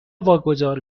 واگذار